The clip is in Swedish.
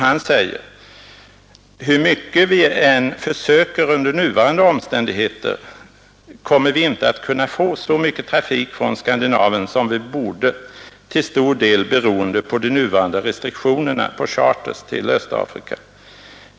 Han säger: ”Hur mycket vi än försöker under nuvarande omständigheter kommer vi inte att kunna få så mycket trafik från Skandinavien som vi borde, till stor del beroende på de nuvarande restriktionerna på charters till Östafrika.